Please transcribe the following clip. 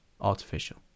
Artificial